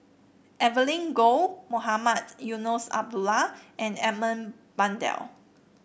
Evelyn Goh Mohamed Eunos Abdullah and Edmund Blundell